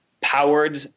powered